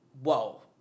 whoa